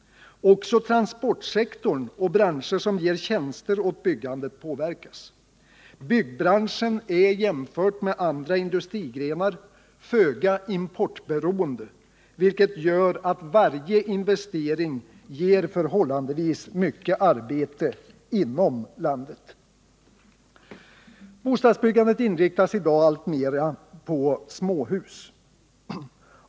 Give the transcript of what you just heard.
Också transportsektorn och branscher som ger tjänster åt byggandet påverkas. Byggbranschen är jämfört med andra industrigrenar föga importberoende, vilket gör att varje investering ger förhållandevis mycket arbete inom landet. Bostadsbyggandet inriktas i dag alltmer på småhus.